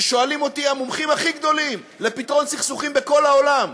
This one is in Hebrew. כששואלים אותי המומחים הכי גדולים לפתרון סכסוכים בכל העולם: